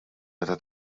meta